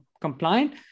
compliant